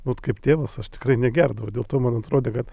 vat kaip tėvas aš tikrai negerdavau dėl to man atrodė kad